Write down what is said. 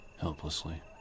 helplessly